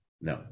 No